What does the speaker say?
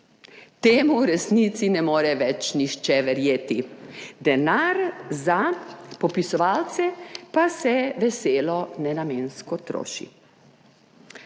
Temu v resnici ne more več nihče verjeti, denar za popisovalce pa se veselo nenamensko troši.